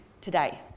today